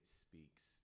speaks